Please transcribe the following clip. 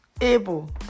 Able